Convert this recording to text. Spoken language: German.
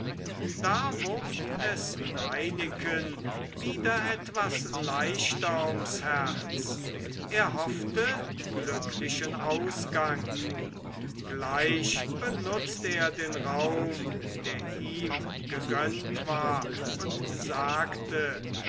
da wurd es reineken wieder etwas leichter ums herz er hoffte glücklichen ausgang gleich benutzt er den raum der ihm gegönnt war und sagte